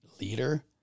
leader